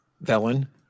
villain